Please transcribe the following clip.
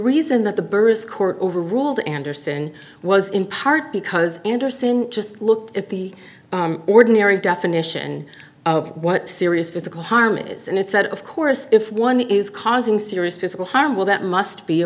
reason that the burris court overruled anderson was in part because anderson just looked at the ordinary definition of what serious physical harm is and it said of course if one is causing serious physical harm well that must be a